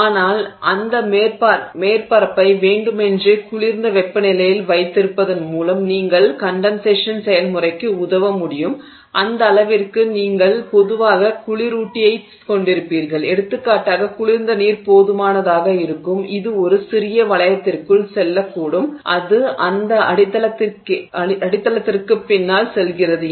ஆனால் அந்த மேற்பரப்பை வேண்டுமென்றே குளிர்ந்த வெப்பநிலையில் வைத்திருப்பதன் மூலம் நீங்கள் கண்டென்சேஷன் செயல்முறைக்கு உதவ முடியும் அந்த அளவிற்கு நீங்கள் பொதுவாக குளிரூட்டியைக் கொண்டிருப்பீர்கள் எடுத்துக்காட்டாக குளிர்ந்த நீர் போதுமானதாக இருக்கும் இது ஒரு சிறிய வளையத்திற்குள் செல்லக்கூடும் அது அந்த அடித்தளத்திற்குப் பின்னால் செல்கிறது